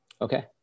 Okay